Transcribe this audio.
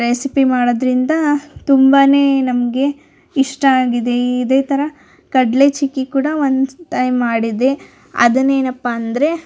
recipe ಮಾಡೋದರಿಂದ ತುಂಬಾನೇ ನಮಗೆ ಇಷ್ಟ ಆಗಿದೆ ಇದೇ ಥರ ಕಡಲೆ ಚಿಕ್ಕಿ ಕೂಡ ಒಂದು ಟೈಮ್ ಮಾಡಿದ್ದೆ ಅದನ್ನೇನಪ್ಪಾ ಅಂದರೆ